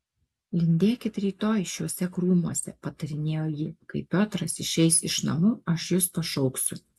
lindėkit rytoj šiuose krūmuose patarinėjo ji kai piotras išeis iš namų aš jus pašauksiu